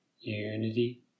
Unity